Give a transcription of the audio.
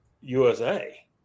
USA